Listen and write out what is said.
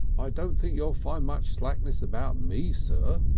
i don't think you'd find much slackness about me, sir,